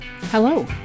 hello